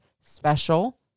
special